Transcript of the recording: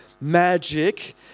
magic